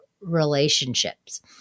relationships